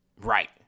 Right